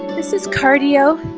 this is cardio